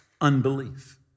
unbelief